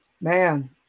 Man